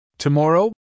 Tomorrow